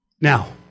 Now